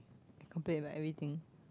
complain about everything